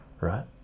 Right